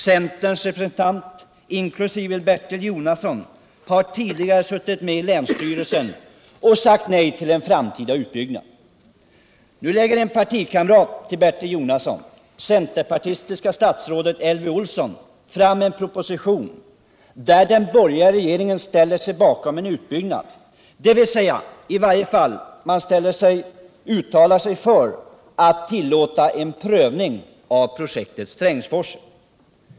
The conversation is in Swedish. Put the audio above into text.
Centerns representanter i länsstyrelsen inkl. Bertil Jonasson har tidigare sagt nej till en framtida utbyggnad. Nu lägger en partikamrat till Bertil Jonasson, centerpartistiska 73 statsrådet Elvy Olsson, fram en proposition, där den borgerliga regeringen ställer sig bakom en utbyggnad — i varje fall uttalar man sig för att tillåta en prövning av projektet Strängsforsen.